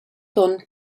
ton